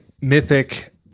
mythic